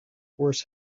horse